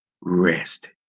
rest